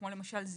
כמו למשל,